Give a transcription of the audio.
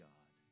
God